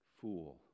Fool